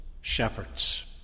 shepherds